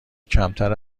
کمتر